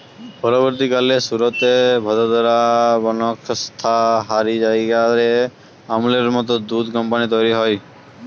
পরবর্তীকালে সুরতে, ভাদোদরা, বনস্কন্থা হারি জায়গা রে আমূলের মত দুধ কম্পানী তইরি হয়